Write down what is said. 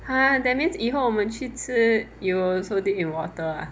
!huh! that means 以后我们去吃 you will also deep in water ah